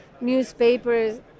newspapers